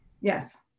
Yes